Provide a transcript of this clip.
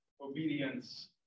obedience